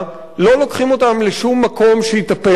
לא לוקחים אותם לשום מקום שיטפל בהם,